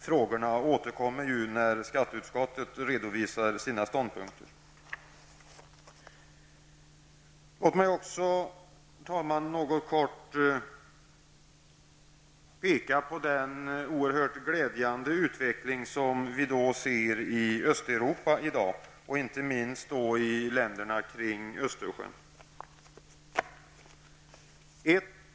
Frågorna återkommer ju när skatteutskottet redovisar sina ståndpunkter. Herr talman, låt mig också i kort redogöra för den här oerhört glädjande utvecklingen i Östeuropa i dag, inte minst i länderna kring östersjön.